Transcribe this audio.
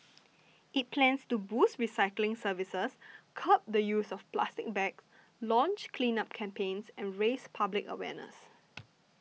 it plans to boost recycling services curb the use of plastic bags launch cleanup campaigns and raise public awareness